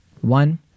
One